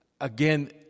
Again